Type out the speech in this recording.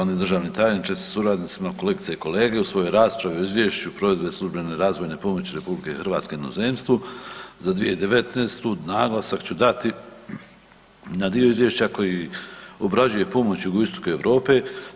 državni tajnice sa suradnicima, kolegice i kolege, u svojoj raspravi o Izvješću o provedbi službene razvojne pomoći RH inozemstvu za 2019. naglasak ću dati na dio izvješća koji obrađuje pomoć Jugoistoku Europe.